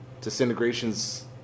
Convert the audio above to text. Disintegration's